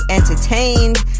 entertained